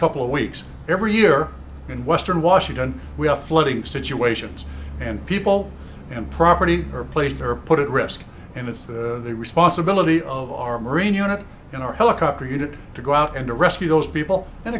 couple of weeks every year in western washington we have flooding situations and people and property are placed her put at risk and it's the responsibility of our marine unit and our helicopter unit to go out and to rescue those people and